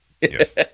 Yes